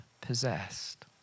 possessed